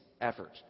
effort